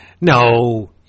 No